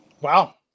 Wow